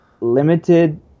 limited